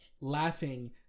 laughing